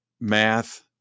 math